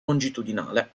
longitudinale